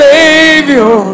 Savior